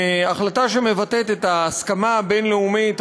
החלטה שמבטאת את ההסכמה הבין-לאומית הרחבה,